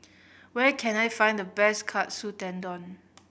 where can I find the best Katsu Tendon